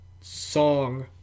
song